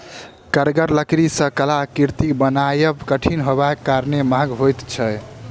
कड़गर लकड़ी सॅ कलाकृति बनायब कठिन होयबाक कारणेँ महग होइत छै